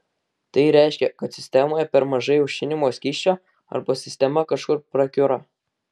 tai reiškia kad sistemoje per mažai aušinimo skysčio arba sistema kažkur prakiuro